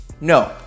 No